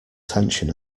tension